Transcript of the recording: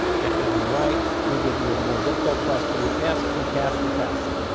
get that one right, we give you a more difficult question, you pass it, we pass the test.